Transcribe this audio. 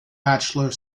bachelor